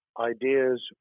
ideas